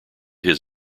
his